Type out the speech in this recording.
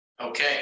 Okay